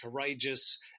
courageous